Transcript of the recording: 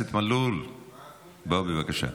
חבר הכנסת מלול, בוא, בבקשה.